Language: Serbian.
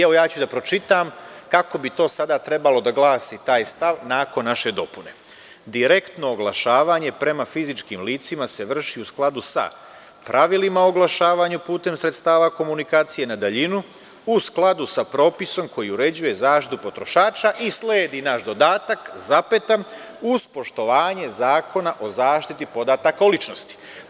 Evo pročitaću kako bi to sada trebalo da glasi, taj stav nakon naše dopune – direktno oglašavanje prema fizičkim licima se vrši u skladu sa pravilima oglašavanja putem sredstava komunikacije na daljinu, u skladu sa propisom koji uređuje zaštitu potrošača i sledi naš dodatak, zapeta – uz poštovanje Zakona o zaštiti podataka o ličnosti.